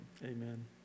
Amen